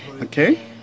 Okay